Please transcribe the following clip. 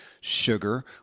sugar